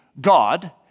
God